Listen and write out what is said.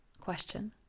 question